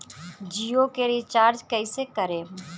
जियो के रीचार्ज कैसे करेम?